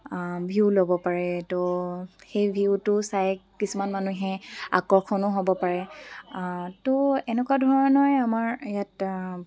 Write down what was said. view ল'ব পাৰে তো সেই ভিউটো চাই কিছুমান মানুহে আকৰ্ষণো হ'ব পাৰে তো এনেকুৱা ধৰণৰে আমাৰ ইয়াত